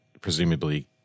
presumably